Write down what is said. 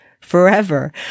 forever